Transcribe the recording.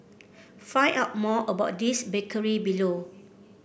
find out more about this bakery below